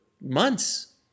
months